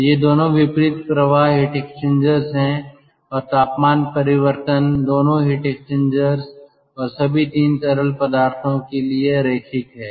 तो ये दोनों विपरीत प्रवाह हीट एक्सचेंजर्स हैं और तापमान परिवर्तन दोनों हीट एक्सचेंजर्स और सभी 3 तरल पदार्थों के लिए रैखिक है